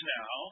now